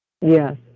Yes